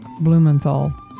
Blumenthal